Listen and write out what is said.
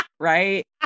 Right